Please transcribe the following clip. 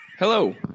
Hello